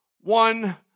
one